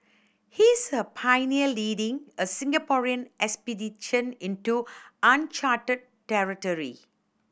he's a pioneer leading a Singaporean expedition into uncharted territory